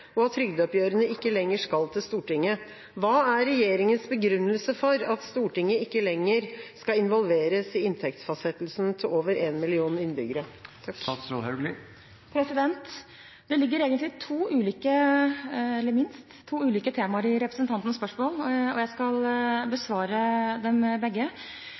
og at trygdeoppgjørene ikke lenger skal til Stortinget. Hva er regjeringens begrunnelse for at Stortinget ikke lenger skal involveres i inntektsfastsettelsen til over 1 million innbyggere?» Det ligger egentlig to ulike temaer – minst – i representantens spørsmål, og jeg skal besvare dem begge.